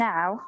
Now